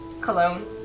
cologne